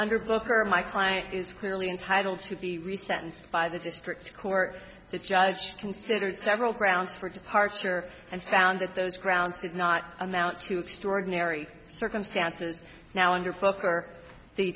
under book or my client is clearly entitled to be re sentenced by the district court judge considered several grounds for departure and found that those grounds did not amount to extraordinary circumstances now under